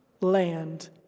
land